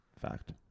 Fact